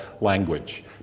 language